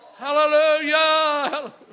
Hallelujah